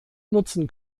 nutzen